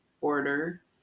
order